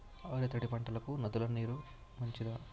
ఆరు తడి పంటలకు నదుల నీరు మంచిదా?